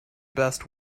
best